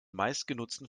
meistgenutzten